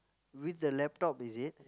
with the laptop is it